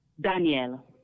Daniel